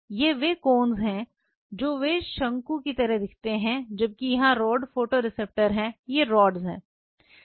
ये वे कोन्स हैं जो वे शंकु की तरह दिखते हैं जबकि यहां रॉड फोटोरिसेप्टर हैं ये रॉड हैं